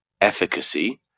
efficacy